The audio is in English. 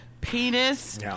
penis